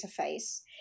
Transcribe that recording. interface